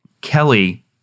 Kelly